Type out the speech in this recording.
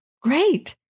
great